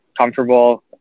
comfortable